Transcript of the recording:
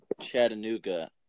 Chattanooga